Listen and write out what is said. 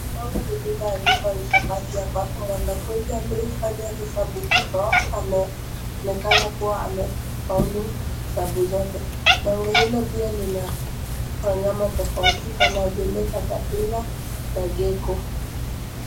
Bango lililoandikwa hisabati ambapo wanafunzi aliyefanya hesabu hizo ameonekana kuwa amefaulu hesabu zote. Bango hilo pia lina wanyama tofauti kama vile caterpillar na ngeko.